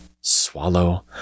Swallow